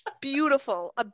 Beautiful